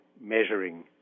measuring